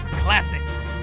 classics